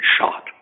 shot